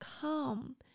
come